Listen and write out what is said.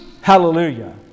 hallelujah